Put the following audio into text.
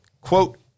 quote